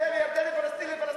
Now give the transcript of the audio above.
ירדן לירדנים, פלסטין לפלסטינים.